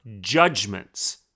judgments